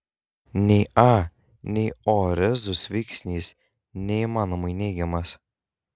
nei a nei o rezus veiksnys neįmanomai neigiamas